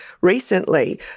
recently